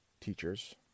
teachers